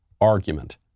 argument